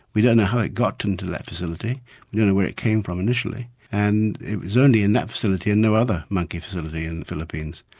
we don't know how it got in to that facility, we don't know where it came from initially and it was only in that facility and no other monkey facility in the philippines.